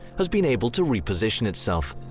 has been able to reposition itself.